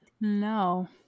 no